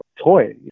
toy